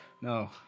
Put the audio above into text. no